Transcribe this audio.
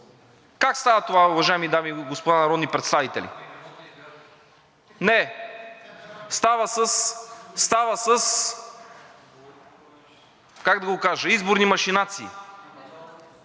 Как става това, уважаеми дами и господа народни представители?! Не, става с, как да го кажа, изборни машинации.